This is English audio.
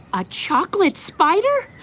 a chocolate spider?